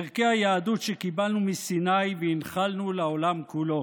ערכי היהדות שקיבלנו מסיני והנחלנו לעולם כולו.